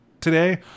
today